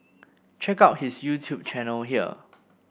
check out his YouTube channel here